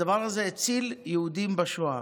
הדבר הזה הציל יהודים בשואה.